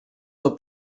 for